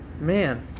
Man